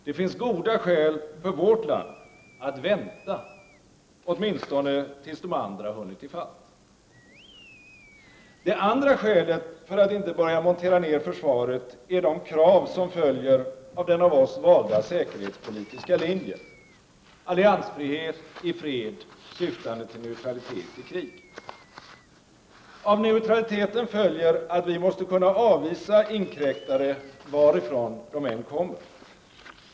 Det finns goda skäl för vårt land att vänta åtminstone tills de andra hunnit i fatt. Det andra skälet för att inte börja montera ned försvaret är de krav som följer av den av oss valda säkerhetspolitiska linjen — alliansfrihet i fred syftande till neutralitet i krig. Av neutraliteten följer att vi måste kunna avvisa inkräktare varifrån de än kommer.